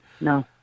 no